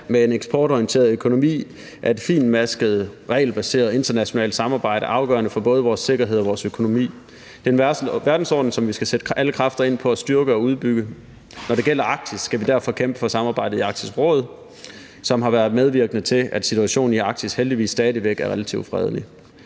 med en eksportorienteret økonomi er et fintmasket, regelbaseret internationalt samarbejde afgørende for både vores sikkerhed og vores økonomi. Det er en verdensorden, som vi skal sætte alle kræfter ind på at styrke og udbygge. Når det gælder Arktis, skal vi derfor kæmpe for samarbejdet i Arktisk Råd, som har været medvirkende til, at situationen i Arktis heldigvis stadig væk er relativt fredelig.